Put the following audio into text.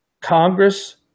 Congress